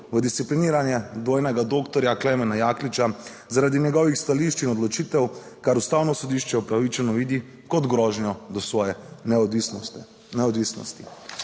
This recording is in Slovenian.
v discipliniranje dvojnega doktorja Klemena Jakliča zaradi njegovih stališč in odločitev. Kar Ustavno sodišče upravičeno vidi kot grožnjo do svoje neodvisnosti.